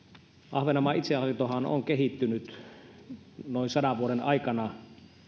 ahvenanmaan itsehallintohan on kehittynyt noin sadan vuoden aikana